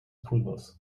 pulvers